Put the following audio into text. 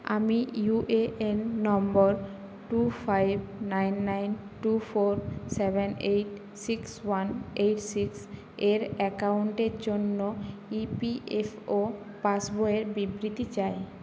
আমি UAN number two five nine nine two four seven eight six one eight সিক্সের অ্যাকাউন্টের জন্য EPFO পাসবইয়ের বিবৃতি চাই